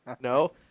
No